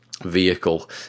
vehicle